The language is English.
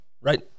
right